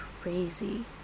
crazy